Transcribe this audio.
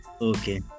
Okay